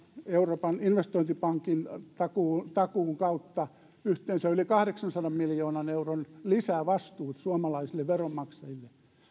euroopan investointipankin takuun takuun kautta yhteensä yli kahdeksansadan miljoonan euron lisävastuut suomalaisille veronmaksajille